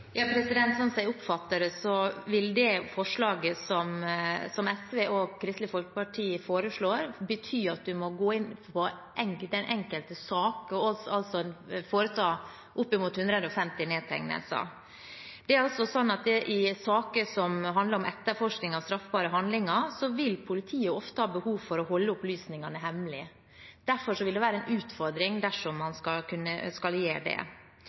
jeg oppfatter det, vil det forslaget som SV og Kristelig Folkeparti foreslår, bety at man må gå inn i den enkelte sak og foreta opp mot 150 nedtegnelser. I saker som handler om etterforskning av straffbare handlinger, vil politiet ofte ha behov for å holde opplysningene hemmelig. Derfor vil det være en utfordring dersom man skal gjøre det.